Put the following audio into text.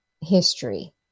history